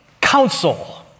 council